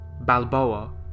Balboa